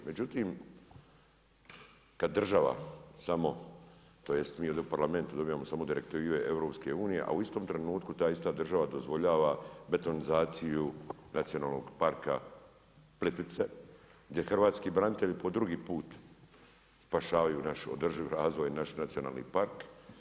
Međutim, kad država samo, tj. mi ovdje u Parlamentu dobivamo samo direktive EU, a u istom trenutku, ta ista država dozvoljava betonizaciju nacionalnog parka Plitvice, gdje hrvatski branitelji, po 2 put, spašavaju naš održiv razvoj i naš nacionalni park.